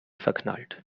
verknallt